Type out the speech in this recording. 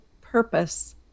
purpose